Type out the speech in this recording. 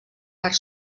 part